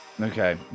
Okay